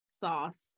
sauce